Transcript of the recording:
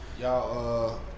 Y'all